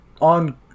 on